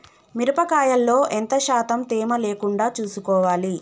మిరప కాయల్లో ఎంత శాతం తేమ లేకుండా చూసుకోవాలి?